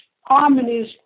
harmonies